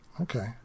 Okay